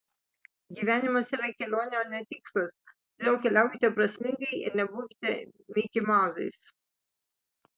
gyvenimas yra kelionė o ne tikslas todėl keliaukite prasmingai ir nebūkite mikimauzais